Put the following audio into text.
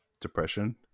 depression